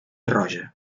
roja